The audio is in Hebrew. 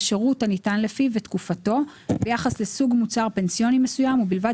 השירות הניתן לפיו ותקופתו ביחס לסוג מוצר פנסיוני מסוים ובלבד